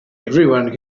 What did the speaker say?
everyone